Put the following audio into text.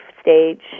stage